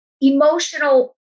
emotional